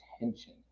attention